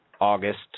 August